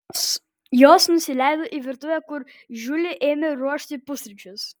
jos nusileido į virtuvę kur žiuli ėmė ruošti pusryčius